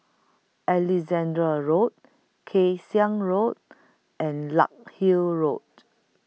Alexandra Road Kay Siang Road and Larkhill Road